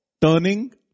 Turning